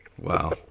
Wow